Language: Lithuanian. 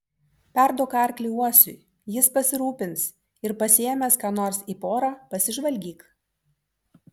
perduok arklį uosiui jis pasirūpins ir pasiėmęs ką nors į porą pasižvalgyk